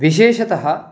विशेषतः